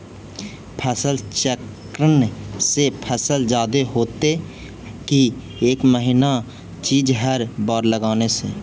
फसल चक्रन से फसल जादे होतै कि एक महिना चिज़ हर बार लगाने से?